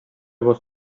was